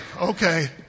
Okay